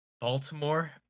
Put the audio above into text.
Baltimore